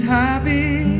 happy